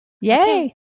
Yay